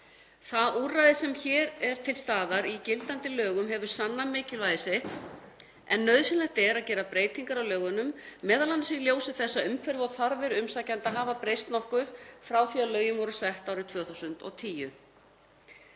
Það úrræði sem er til staðar í gildandi lögum hefur sannað mikilvægi sitt en nauðsynlegt er að gera breytingar á lögunum, m.a. í ljósi þess að umhverfi og þarfir umsækjenda hafa breyst nokkuð frá því að lögin voru sett árið 2010.